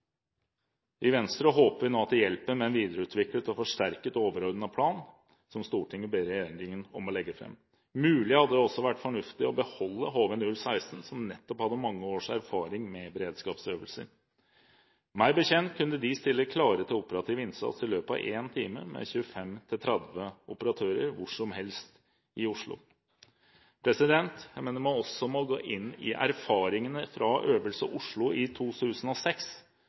I Venstre håper vi nå at det hjelper med en videreutviklet og forsterket overordnet plan som Stortinget ber regjeringen legge fram. Det er mulig det også hadde vært fornuftig å beholde HV-016, som nettopp hadde mange års erfaring med beredskapsøvelser. Meg bekjent kunne de stille klare til operativ innsats i løpet av en time med 25–30 operatører hvor som helst i Oslo. Jeg mener man også må gå inn i erfaringene fra Øvelse Oslo i 2006,